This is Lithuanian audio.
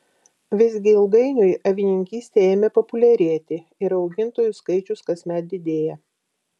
visgi ilgainiui avininkystė ėmė populiarėti ir augintojų skaičius kasmet didėja